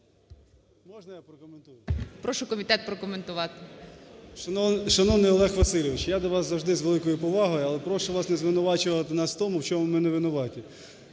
Можна я прокоментую? ГОЛОВУЮЧИЙ Прошу комітет прокоментувати. 16:32:06 КНЯЗЕВИЧ Р.П. Шановний Олег Васильович, я до вас завжди з великою повагою, але прошу вас не звинувачувати нас в тому, в чому ми невинуваті.